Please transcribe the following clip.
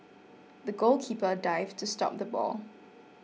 the goalkeeper dived to stop the ball